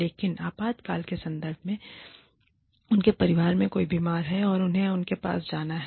लेकिन आपातकाल के संदर्भ में उनके परिवार में कोई बीमार है और उन्हें उनके पास जाना है